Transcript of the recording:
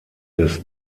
des